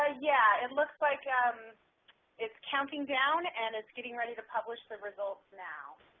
ah yeah it looks like um it's counting down, and it's getting ready to publish the results now.